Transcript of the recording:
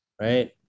right